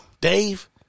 Dave